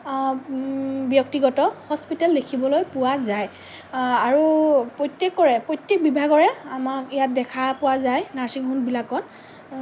ব্যক্তিগত হস্পিতেল দেখিবলৈ পোৱা যায় আৰু প্ৰত্যেকৰে প্ৰত্য়েক বিভাগৰে আমাৰ ইয়াত দেখা পোৱা যায় নাৰ্ছিংহোম বিলাকত